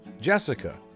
Jessica